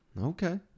Okay